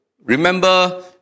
Remember